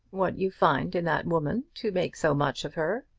what you find in that woman to make so much of her.